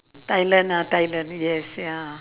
thailand ah thailand yes ya